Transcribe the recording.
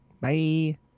Bye